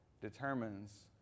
determines